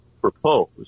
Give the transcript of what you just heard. proposed